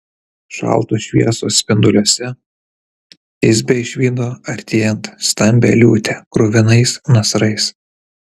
šaltos šviesos spinduliuose tisbė išvydo artėjant stambią liūtę kruvinais nasrais